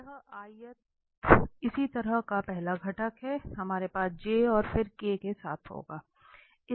यह इसी तरह का पहला घटक है हमारे पास और फिर के साथ होगा